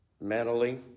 mentally